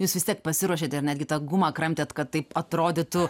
jūs vis tiek pasiruošėt ir netgi tą gumą kramtėt kad taip atrodytų